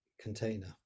container